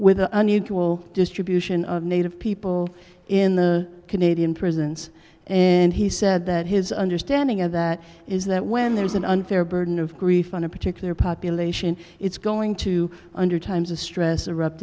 with an unusual distribution of native people in the canadian presence and he said that his understanding of that is that when there is an unfair burden of grief on a particular population it's going to under times of stress erup